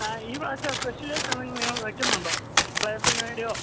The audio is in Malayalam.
ആ ഈ വർഷം സ്പെഷലായിട്ടെന്തെങ്കിലും നിങ്ങൾ വെക്കുന്നുണ്ടോ പ്ലെയേഴ്സിന് വേണ്ടിയോ